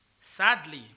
Sadly